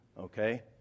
okay